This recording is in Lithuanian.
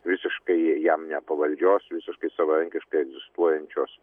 visiškai jam nepavaldžios visiškai savarankiškai egzistuojančios